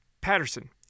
patterson